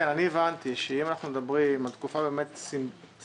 אני הבנתי שאם אנחנו מדברים על תקופה באמת סמלית,